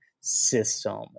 system